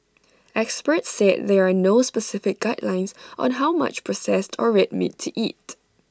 experts said there are no specific guidelines on how much processed or red meat to eat